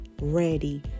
ready